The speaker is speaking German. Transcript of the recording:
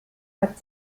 hat